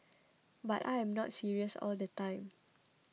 but I am not serious all the time